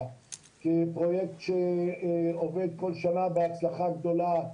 כפרויקט שעובד כל שנה בהצלחה גדולה.